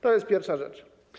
To jest pierwsza rzecz.